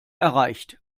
erreicht